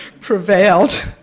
prevailed